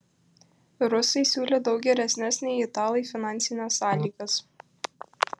rusai siūlė daug geresnes nei italai finansines sąlygas